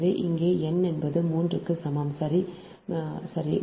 எனவே இங்கே n என்பது 3 க்கு சமம் சரி